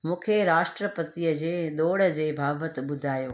मूंखे राष्ट्रपतिअ जे दौड़ जे बाबति ॿुधायो